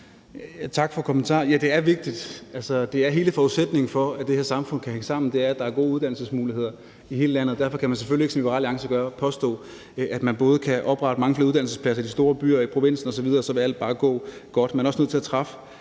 Tak for kommentaren. Ja, det er vigtigt. Hele forudsætningen for, at det her samfund kan hænge sammen, er, at der er gode uddannelsesmuligheder i hele landet, men derfor kan man selvfølgelig ikke, som Liberal Alliance gør, påstå, at man bare kan oprette mange flere uddannelsespladser i de store byer, i provinsen osv., og så vil alt bare gå godt. Man er også nødt til at træffe